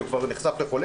כי הוא כבר נחשף לחולה,